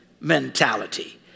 mentality